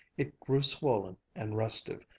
it grew swollen and restive,